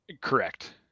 Correct